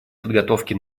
подготовки